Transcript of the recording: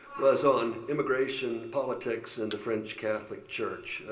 was on immigration, politics, and the french catholic church.